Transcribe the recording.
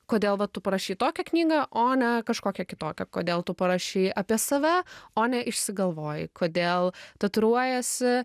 kodėl va tu parašei tokią knygą o ne kažkokią kitokią kodėl tu parašei apie save o ne išsigalvojai kodėl tatuiruojiesi